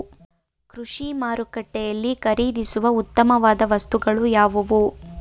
ಕೃಷಿ ಮಾರುಕಟ್ಟೆಯಲ್ಲಿ ಖರೀದಿಸುವ ಉತ್ತಮವಾದ ವಸ್ತುಗಳು ಯಾವುವು?